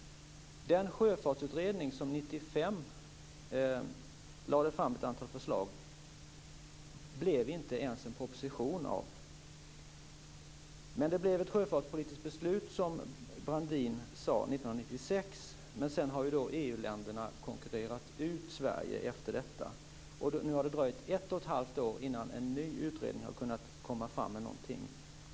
Den sjöfartsutredning som 1995 lade fram ett antal förslag resulterade inte ens i en proposition. Men det blev ett sjöfartspolitiskt beslut, som Brandin sade, 1996. Sedan har EU-länderna konkurrerat ut Sverige. Nu har det dröjt ett och ett halvt år innan en ny utredning har kunnat komma fram till någonting.